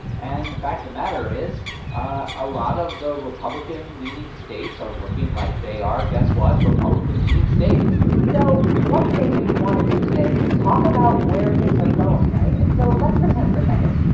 and the fact of the matter is a lot of the republican-leaning states are looking like they are guess what? republican-leaning states so one of the things we want to do today is talk about where things are going, right? and so let's pretend for a second.